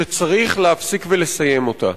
שצריך להפסיק ולסיים אותה.